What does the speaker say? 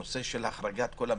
הנושא של החרגת כל המסעדות.